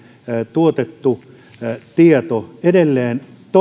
tuotettu tieto edelleen toistenkin